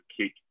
kick